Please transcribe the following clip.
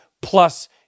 plus